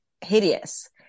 hideous